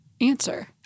answer